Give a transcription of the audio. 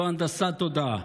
זו הנדסת תודעה.